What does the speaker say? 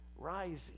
rising